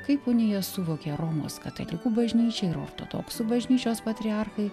kaip uniją suvokė romos katalikų bažnyčia ir ortodoksų bažnyčios patriarchai